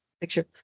picture